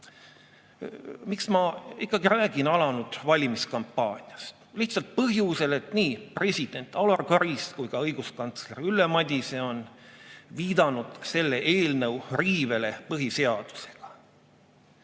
liig. Miks ma räägin alanud valimiskampaaniast? Lihtsalt põhjusel, et nii president Alar Karis kui ka õiguskantsler Ülle Madise on viidanud selle eelnõu riivele põhiseadusega.